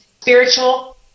spiritual